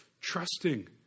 trusting